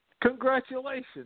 Congratulations